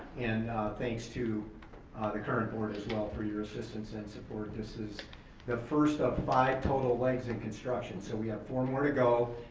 and thanks to ah the current board as well for you assistance and support. this is the first of five total legs in construction. so we have four more to go.